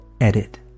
Edit